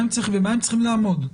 במה הם צריכים לעמוד?